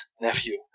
nephew